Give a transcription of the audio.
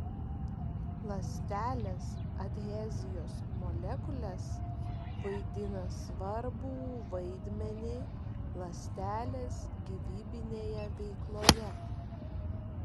ląstelės adhezijos molekulės vaidina svarbų vaidmenį ląstelės gyvybinėje veikloje